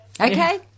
Okay